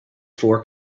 four